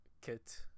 kit